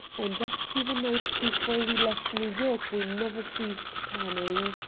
and up to the night before we left new york we never ceased planning.